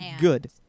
Good